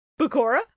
Bakura